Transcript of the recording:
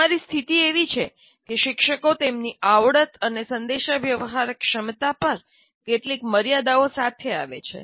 તમારી સ્થિતિ એવી છે કે શિક્ષકો તેમની આવડત અને સંદેશાવ્યવહાર ક્ષમતા પર કેટલીક મર્યાદાઓ સાથે આવે છે